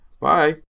bye